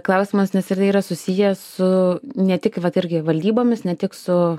klausimas nes irgi yra susijęs su ne tik vat irgi valdybomis ne tik su